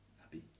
Happy